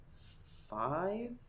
five